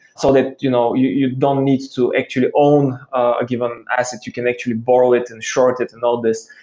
so that you know you you don't need to actually own a given asset. you can actually borrow it and short it and all these.